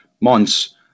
months